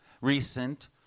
recent